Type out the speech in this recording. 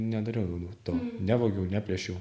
nedariau to nevogiau neplėšiau